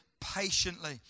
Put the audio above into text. patiently